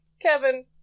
Kevin